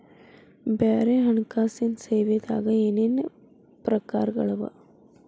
ಬ್ಯಾರೆ ಹಣ್ಕಾಸಿನ್ ಸೇವಾದಾಗ ಏನೇನ್ ಪ್ರಕಾರ್ಗಳವ?